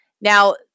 Now